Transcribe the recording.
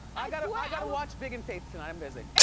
i gotta watch gotta watch big and faith tonight, i'm busy.